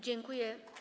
Dziękuję.